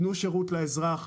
תנו שירות לאזרח.